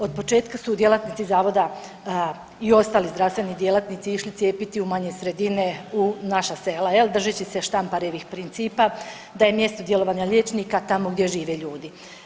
Od početka su djelatnici zavoda i ostali zdravstveni djelatnici išli cijepiti u manje sredine, u naša sela, jel, držeći se Štamparevih principa, da je mjesto djelovanja liječnika tamo gdje žive ljudi.